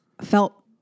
felt